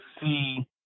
see